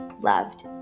loved